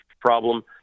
problem